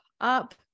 up